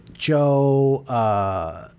Joe